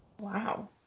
Wow